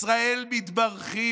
ישראל מתברכים.